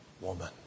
woman